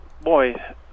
boy